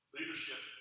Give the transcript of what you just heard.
Leadership